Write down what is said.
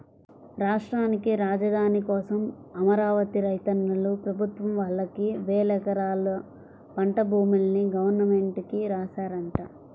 రాష్ట్రానికి రాజధాని కోసం అమరావతి రైతన్నలు ప్రభుత్వం వాళ్ళకి వేలెకరాల పంట భూముల్ని గవర్నమెంట్ కి రాశారంట